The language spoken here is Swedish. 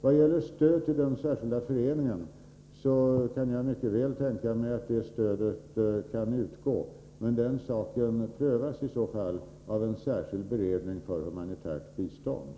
Vad gäller stöd till den nämnda föreningen kan jag mycket väl tänka mig att sådant kan utgå, men den saken skall i så fall prövas av en särskild beredning för humanitärt bistånd.